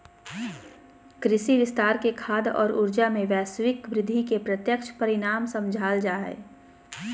कृषि विस्तार के खाद्य और ऊर्जा, में वैश्विक वृद्धि के प्रत्यक्ष परिणाम समझाल जा हइ